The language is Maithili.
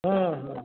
हूँ हूँ